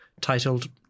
titled